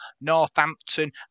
Northampton